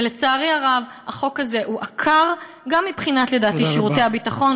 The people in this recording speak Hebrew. ולצערי הרב החוק הזה הוא עקר גם מבחינת שירותי הביטחון,